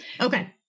Okay